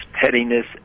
pettiness